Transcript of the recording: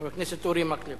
חבר הכנסת אורי מקלב.